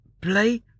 Play